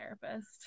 therapist